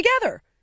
together